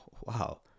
wow